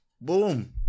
Boom